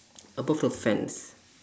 above the fence